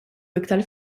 iktar